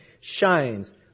shines